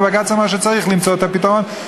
ובג"ץ אמר שצריך למצוא את הפתרון,